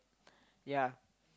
yeah